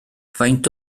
faint